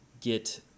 get